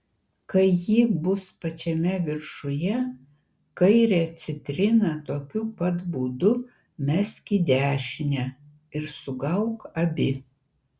kai ji bus pačiame viršuje kairę citriną tokiu pat būdu mesk į dešinę ir sugauk abi